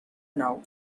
now